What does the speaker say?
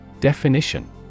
Definition